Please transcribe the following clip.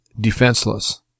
defenseless